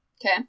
Okay